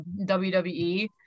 WWE